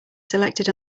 selected